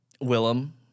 Willem